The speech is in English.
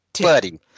Buddy